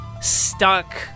stuck